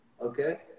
okay